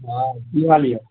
हँ की हाल यऽ